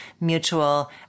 mutual